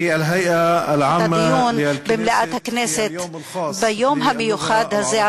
אני פותח את הדיון במליאת הכנסת ביום המיוחד הזה,